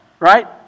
right